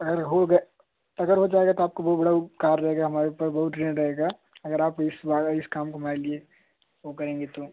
अगर हो गया अगर हो जाएगा तो आपका बहुत बड़ा उपकार रहेगा हमारे ऊपर बहुत ऋण रहेगा अगर आप इस बार इस काम को हमारे लिए वह करेंगे तो